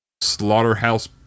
Slaughterhouse